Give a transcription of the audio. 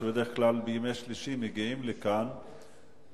שבדרך כלל מגיעים לכאן בימי שלישי,